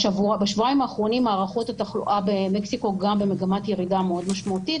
בשבועיים האחרונים הערכות התחלואה במקסיקו גם במגמת ירידה מאוד משמעותית